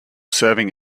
serving